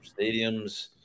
stadiums